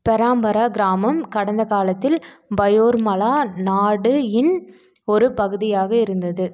பெராம்பரா கிராமம் கடந்த காலத்தில் பயோர்மலா நாடு இன் ஒரு பகுதியாக இருந்தது